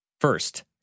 First